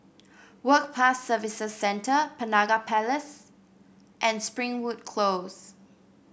Work Pass Services Center Penaga Place and Springwood Close